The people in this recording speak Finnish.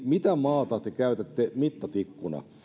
mitä maata te käytätte mittatikkuna